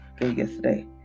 yesterday